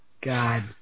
God